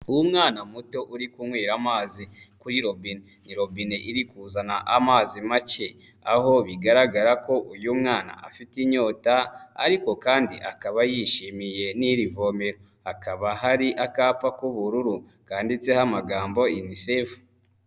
Umwana muto uri kunywera amazi kuri robine, ni robine iri kuzana amazi make, aho bigaragara ko uyu mwana afite inyota ariko kandi akaba yishimiye n'iri vomero, hakaba hari akapa k'ubururu, kandiditseho amagambo Unicef.